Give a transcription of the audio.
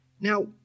Now